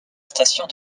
station